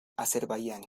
azerbaiyán